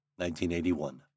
1981